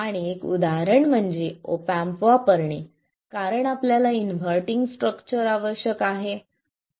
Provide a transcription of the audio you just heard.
आणि एक उदाहरण म्हणजे ऑप एम्प वापरणे कारण आपल्याला इनव्हर्टींग स्ट्रक्चर आवश्यक आहे